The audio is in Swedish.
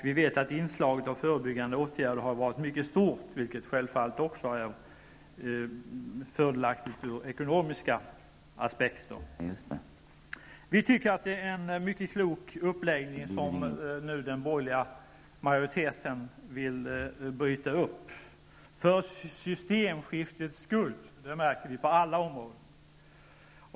Vi vet att inslaget av förebyggande åtgärder har varit mycket stort, vilket självfallet också är fördelaktigt ur ekonomiska aspekter. Vi tycker att det är en mycket klok uppläggning som den borgerliga majoriteten nu vill bryta upp för systemskiftets skull. Det märker vi på alla områden.